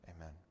Amen